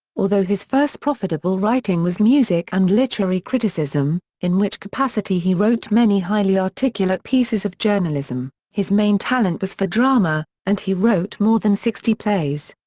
although his first profitable writing was music and literary criticism, in which capacity he wrote many highly articulate pieces of journalism, his main talent was for drama, and he wrote more than sixty plays.